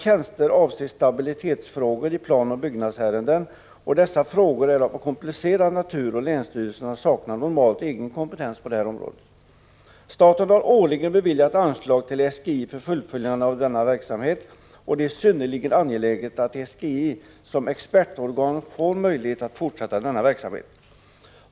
Tjänsterna avser stabilitetsfrågor i planoch byggnadsärenden. Dessa frågor är av komplicerad natur, och länsstyrelserna saknar normalt egen kompetens på detta område. Staten har årligen beviljat anslag till SGI för fullföljande av denna verksamhet. Det är synnerligen angeläget att SGI, som expertorgan, får möjlighet att fortsätta detta arbete.